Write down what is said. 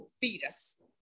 fetus